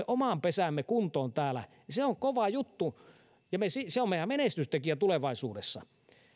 oman pesämme kuntoon täällä on kova juttu ja se on meidän menestystekijämme tulevaisuudessa